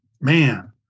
Man